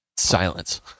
silence